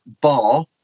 bar